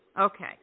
Okay